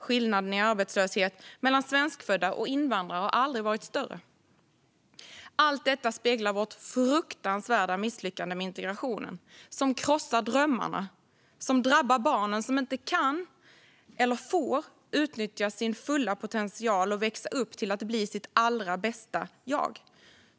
Skillnaden i arbetslöshet mellan svenskfödda och invandrare har aldrig varit större. Allt detta speglar vårt fruktansvärda misslyckande med integrationen. Det är ett misslyckande som krossar drömmarna. Det drabbar barnen som inte kan eller får utnyttja sin fulla potential och växa upp till att bli sitt allra bästa jag.